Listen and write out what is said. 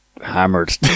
Hammered